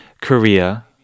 Korea